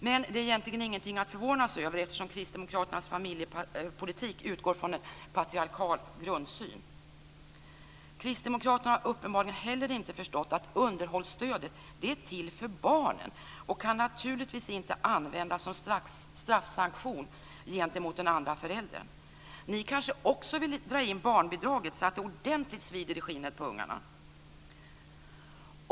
Men det är egentligen ingenting att förvånas över, eftersom kristdemokraternas familjepolitik utgår från en patriarkal grundsyn. Kristdemokraterna har uppenbarligen inte heller förstått att underhållsstödet är till för barnen och naturligtvis inte kan användas som straffsanktion gentemot den andra föräldern. Ni kanske också vill dra in barnbidraget, så att det svider ordentligt i skinnet på ungarna?